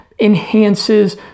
enhances